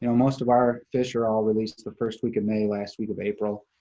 you know most of our fish are all released the first week of may, last week of april.